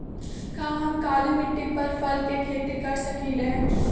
का हम काली मिट्टी पर फल के खेती कर सकिले?